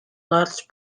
large